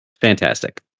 fantastic